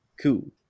Cool